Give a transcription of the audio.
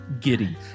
Giddy